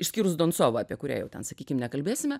išskyrus donsovą apie kurią jau ten sakykim nekalbėsime